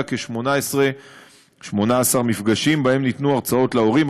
כ-18 מפגשים שבהם ניתנו הרצאות להורים,